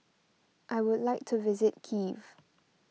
I would like to visit Kiev